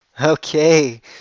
Okay